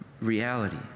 reality